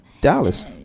Dallas